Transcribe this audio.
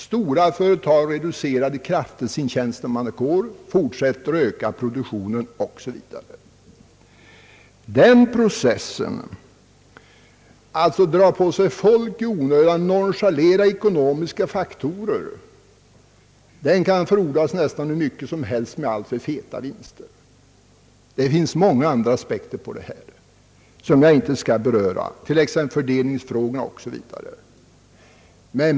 Stora företag reducerade kraftigt sin tjänstemannakår men fortsatte att öka produktionen osv. Den där processen att dra till sig folk i onödan och nonchalera ekonomiska faktorer kan frodas nästan hur mycket som helst så länge man har feta vinster. Det finns många and ra aspekter på detta som jag inte skall beröra. t.ex. fördelningsfrågorna.